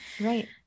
Right